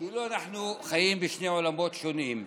כאילו אנחנו חיים בשני עולמות שונים: